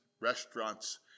restaurants